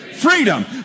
Freedom